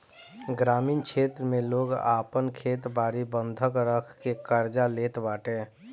ग्रामीण क्षेत्र में लोग आपन खेत बारी बंधक रखके कर्जा लेत बाटे